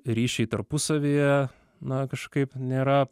ryšiai tarpusavyje na kažkaip nėra